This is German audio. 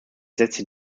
setzte